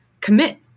commit